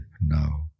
now